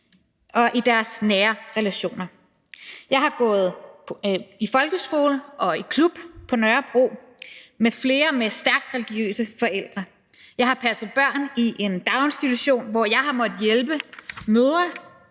og i deres nære relationer. Jeg har gået i folkeskole og klub på Nørrebro med flere med stærkt religiøse forældre. Jeg har passet børn i en daginstitution, hvor jeg har måttet hjælpe mødre